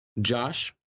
Josh